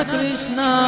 Krishna